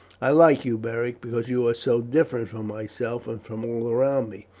i like you, beric, because you are so different from myself and from all around me.